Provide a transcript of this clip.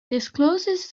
discloses